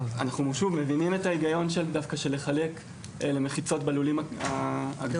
אנחנו מבינים את ההיגיון של לחלק למחיצות בלולים הגדולים.